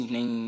Nem